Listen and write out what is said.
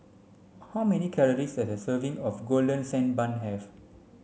how many calories does a serving of golden sand bun have